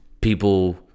people